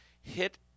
hit